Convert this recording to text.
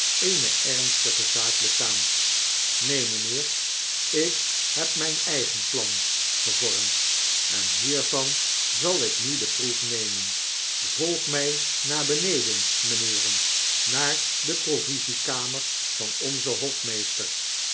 eene ernstige zaak betaamt neen mynheer ik heb myn eigen plan gevormd en hiervan zal ik nu de proef nemen volg my naar beneden mijnheeren naar de provisiekamer van onzen hofmeester